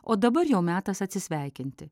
o dabar jau metas atsisveikinti